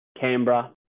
Canberra